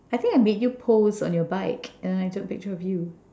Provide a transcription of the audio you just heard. I think I made you pose on your bike and I took a picture of you